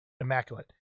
immaculate